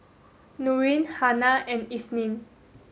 Nurin Hana and Isnin